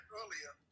earlier